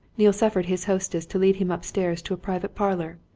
neale suffered his hostess to lead him upstairs to a private parlour.